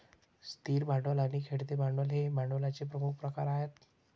स्थिर भांडवल आणि खेळते भांडवल हे भांडवलाचे प्रमुख प्रकार आहेत